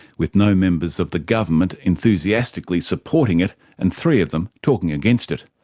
with no members of the government enthusiastically supporting it and three of them talking against it.